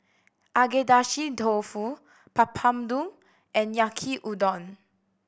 Agedashi Dofu Papadum and Yaki Udon